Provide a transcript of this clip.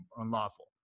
unlawful